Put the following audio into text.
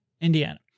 Indiana